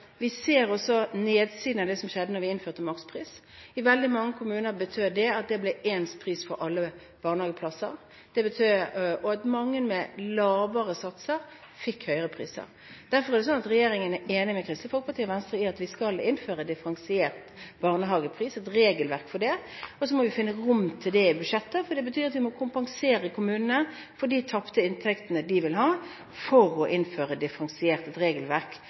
vi også ser på nedsiden av det som skjedde da vi innførte makspris. I veldig mange kommuner betød det at det ble ens pris for alle barnehageplasser, og at mange med lavere satser, fikk høyere priser. Derfor er regjeringen enig med Kristelig Folkeparti og Venstre i at vi skal innføre et regelverk for differensiert barnehagepris. Så må vi finne rom for det i budsjettet, for det betyr at vi må kompensere kommunene for de tapte inntektene som følger av å innføre et differensiert regelverk,